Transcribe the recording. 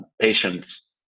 patients